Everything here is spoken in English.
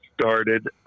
started